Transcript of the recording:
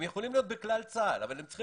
הם יכולים להיות בכלל צה"ל אבל הם צריכים